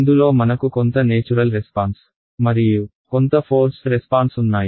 ఇందులో మనకు కొంత నేచురల్ రెస్పాన్స్ మరియు కొంత ఫోర్స్డ్ రెస్పాన్స్ ఉన్నాయి